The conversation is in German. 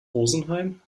rosenheim